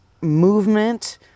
movement